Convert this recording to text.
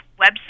website